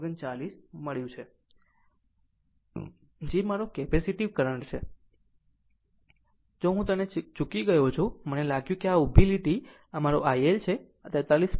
39 મળી જે પણ આવે છે તે મારો કેપેસિટર કરંટ છે હું તેને ચૂકી ગયો મને લાગ્યું કે આ ઉભી લીટી આ મારી I L છે આ 43